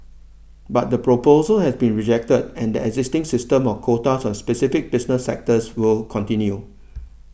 but the proposal has been rejected and the existing system of quotas on specific business sectors will continue